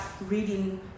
reading